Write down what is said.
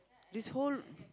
this whole